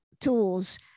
tools